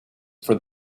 for